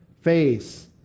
face